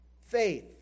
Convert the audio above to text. Faith